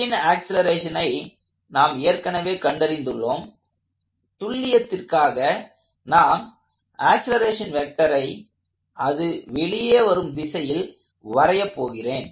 Bன் ஆக்ஸலரேஷனை நாம் ஏற்கனவே கண்டறிந்துள்ளோம் துல்லியத்திற்காக நான் ஆக்ஸலரேஷன் வெக்டரை அது வெளியே வரும் திசையில் வரையப் போகிறேன்